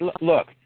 Look